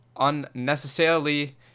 Unnecessarily